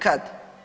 Kad?